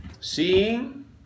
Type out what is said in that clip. Seeing